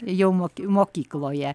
jau moki mokykloje